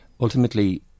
ultimately